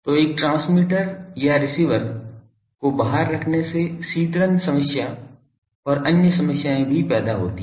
तो एक ट्रांसमीटर या रिसीवर को बाहर रखने से शीतलन समस्या और अन्य समस्याएं भी पैदा होती हैं